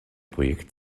projekt